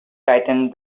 tightened